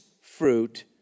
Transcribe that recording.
fruit